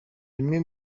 bimwe